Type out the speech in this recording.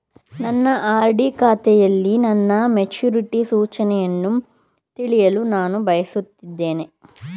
ನನ್ನ ಆರ್.ಡಿ ಖಾತೆಯಲ್ಲಿ ನನ್ನ ಮೆಚುರಿಟಿ ಸೂಚನೆಯನ್ನು ತಿಳಿಯಲು ನಾನು ಬಯಸುತ್ತೇನೆ